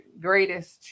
greatest